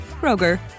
Kroger